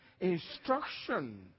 instruction